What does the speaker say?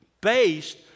based